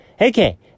Okay